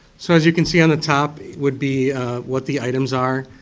so as uyou can see on the top, it would be what the items are.